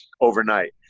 overnight